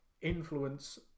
influence